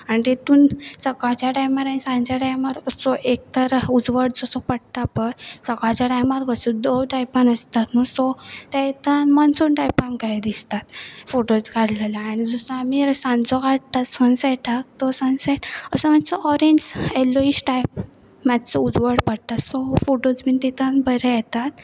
आनी तेतून सकाळच्या टायमारनी सांच्या टायमार असो एक तर उजवाड जसो पडटा पळय सकाळच्या टायमार कसो दोन टायपान आसता न्हू सो त्यातान मनसून टायपान कांय दिसतात फोटोज काडलेल्या आनी जसो आमी सांचो काडटा सनसेटाक तो सनसेट असो मात्सो ऑरेंज येलोइश टायप मात्सो उजवाड पडटा सो फोटोज बीन तितून बरे येतात